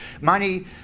money